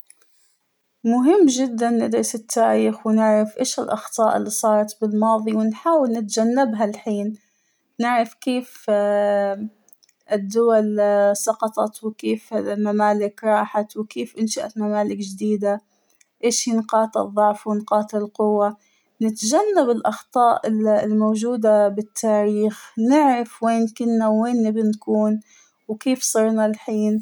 مهم جداً ندرس التاريخ ونعرف اش الأخطاء الى صارت فى الماضى ونحاول نتجنبها الحين ، نعرف كيف الدول سقطت وكيف الممالك راحت وكيف إنشات ممالك جديدة ، ايش هى نقاط الضعف ونقاط القوة ، نتجنب الأخطاء الموجودة بالتاريخ بنعرف وين كنا ووين نبى نكون ، وكيف صرنا الحين.